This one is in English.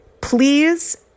Please